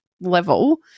level